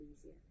easier